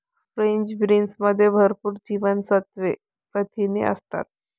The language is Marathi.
फ्रेंच बीन्समध्ये भरपूर जीवनसत्त्वे, प्रथिने असतात